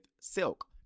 silk